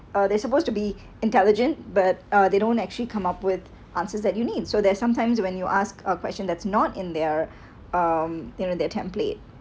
uh they supposed to be intelligent but they don't actually come up with answers that you need so there sometimes when you ask a question that's not in their um you know in their template